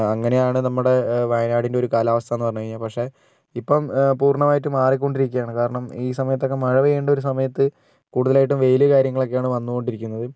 അങ്ങനെയാണ് നമ്മുടെ വയനാടിൻ്റെ ഒരു കാലാവസ്ഥ എന്ന് പറഞ്ഞ് കഴിഞ്ഞാൽ പക്ഷെ ഇപ്പം പൂർണ്ണമായിട്ടും മാറിക്കൊണ്ടിരിക്കുകയാണ് കാരണം ഈ സമയത്തൊക്കെ മഴ പെയ്യണ്ട ഒരു സമയത്ത് കൂടുതലായിട്ടും വെയിലും കാര്യങ്ങളൊക്കെയാണ് വന്നുകൊണ്ടിരിക്കുന്നത്